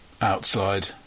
outside